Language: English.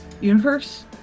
universe